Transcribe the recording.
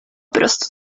prostu